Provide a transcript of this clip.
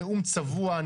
נאום צבוע,